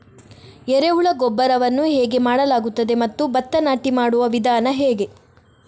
ಎರೆಹುಳು ಗೊಬ್ಬರವನ್ನು ಹೇಗೆ ಮಾಡಲಾಗುತ್ತದೆ ಮತ್ತು ಭತ್ತ ನಾಟಿ ಮಾಡುವ ವಿಧಾನ ಹೇಗೆ?